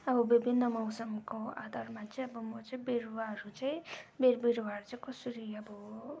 अब विभिन्न मौसमको आधारमा चाहिँ अब म चाहिँ बिरुवाहरू चाहिँ बिर बिरुवाहरू कसरी अब